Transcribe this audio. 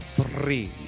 three